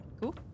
Cool